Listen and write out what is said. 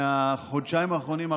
מהחודשיים האחרונים,